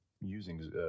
using